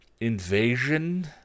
invasion